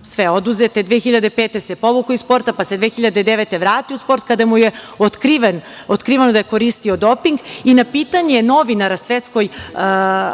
Godine 2005. se povukao iz sporta, pa se 2009. vratio u sport kada mu je otkriveno da je koristio doping. Na pitanje novinara Svetskoj